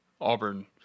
Auburn